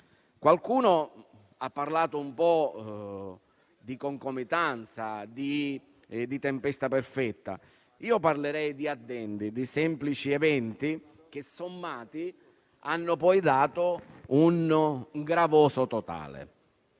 Qualcuno ha parlato di concomitanza e tempesta perfetta. Io parlerei di addendi di semplici eventi che, sommati, hanno poi dato un gravoso totale.